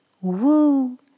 woo